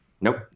Nope